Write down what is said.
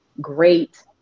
great